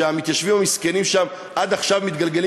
שהמתיישבים המסכנים שם עד עכשיו מתגלגלים